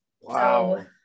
Wow